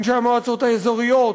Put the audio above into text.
אנשי המועצות האזוריות,